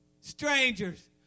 Strangers